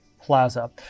Plaza